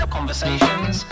Conversations